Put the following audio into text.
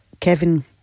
Kevin